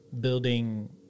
building